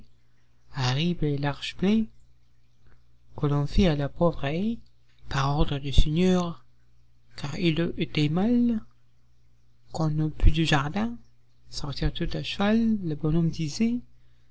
fit à la pauvre haie par ordre du seigneur car il eût été mal qu'on n'eût pu du jardin sortir tout à cheval le bonhomme